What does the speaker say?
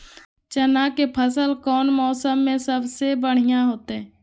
चना के फसल कौन मौसम में सबसे बढ़िया होतय?